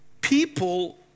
People